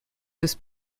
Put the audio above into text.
his